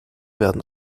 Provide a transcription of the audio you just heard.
werden